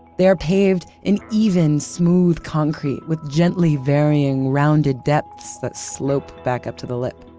they are paved in even, smooth concrete with gently varying rounded depths that slope back up to the lip.